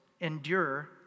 endure